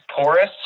porous